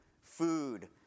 food